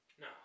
No